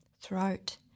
throat